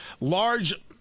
large